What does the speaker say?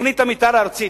תוכנית המיתאר הארצית,